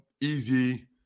easy